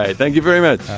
ah thank you very much.